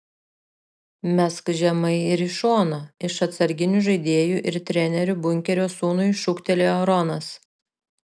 mesk žemai ir į šoną iš atsarginių žaidėjų ir trenerių bunkerio sūnui šūktelėjo ronas